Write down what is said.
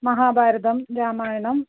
महाभारतं रामायणं